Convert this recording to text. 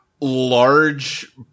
large